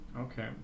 Okay